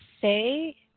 say